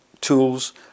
tools